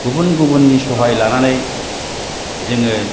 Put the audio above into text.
गुबुन गुबुननि सहाय लानानै जोङो